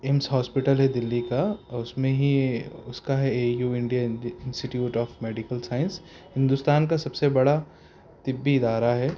AIIMS hospital ہے دلی کا اس میں ہی اس کا ہے اے یو Indian institute of medical science Hindustan کا سب سے بڑا طبی ادارہ ہے